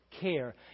care